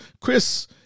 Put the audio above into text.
Chris